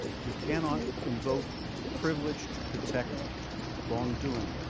you cannot invoke privilege to protect wrongdoing.